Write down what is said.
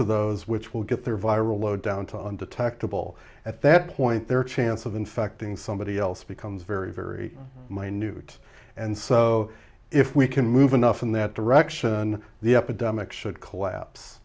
to those which will get their viral load down to undetectible at that point their chance of infecting somebody else becomes very very minute and so if we can move enough in that direction the epidemic should collapse